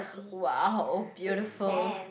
!wow! beautiful